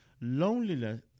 loneliness